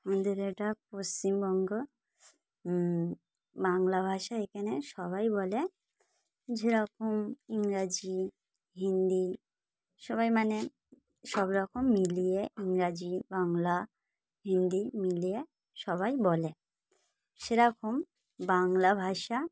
আমাদের এটা পশ্চিমবঙ্গ বাংলা ভাষা এখানে সবাই বলে যেরকম ইংরাজি হিন্দি সবাই মানে সব রকম মিলিয়ে ইংরাজি বাংলা হিন্দি মিলিয়ে সবাই বলে সেরকম বাংলা ভাষা